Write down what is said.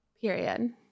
period